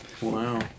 Wow